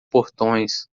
portões